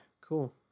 cool